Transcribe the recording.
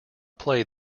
played